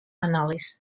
analyst